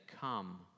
come